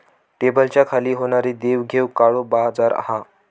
टेबलाच्या खाली होणारी देवघेव काळो बाजार हा